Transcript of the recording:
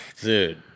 Dude